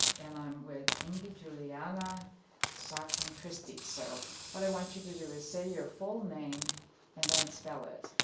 and i'm with inge-juliana sackmann christy. so what i want you to do is say your full name and then spell it.